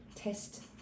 Test